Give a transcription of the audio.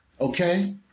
okay